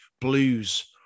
blues